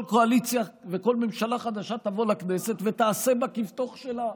כל קואליציה וכל ממשלה חדשה יבואו לכנסת ויעשו בה כבתוך שלהן,